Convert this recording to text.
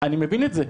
אני מבין את זה.